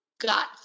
got